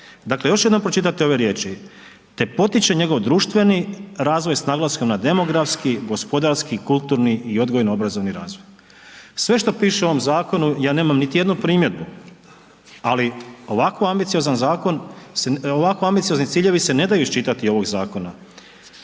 Dakle još jednom pročitajte ove riječi te potiče njegov društveni razvoj s naglaskom na demografski, gospodarski, kulturni i odgojno obrazovni razvoj. Sve što piše u ovom zakonu ja nemam niti jednu primjedbu, ali ovako ambiciozni ciljevi se ne daju iščitati iz ovog zakona.